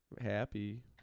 happy